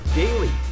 daily